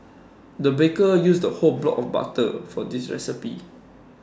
the baker used the whole block of butter for this recipe